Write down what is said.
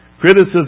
Criticism